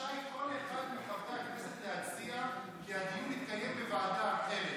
רשאי כל אחד מחברי הכנסת להציע כי הדיון יתקיים בוועדה אחרת.